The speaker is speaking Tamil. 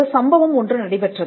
ஒரு சம்பவம் ஒன்று நடைபெற்றது